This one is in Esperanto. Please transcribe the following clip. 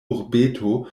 urbeto